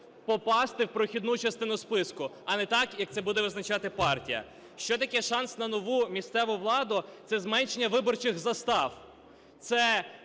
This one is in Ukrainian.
попасти в прохідну частину списку, а не так, як це буде визначати партія. Що таке шанс на нову місцеву владу? Це зменшення виборчих застав.